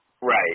Right